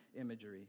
imagery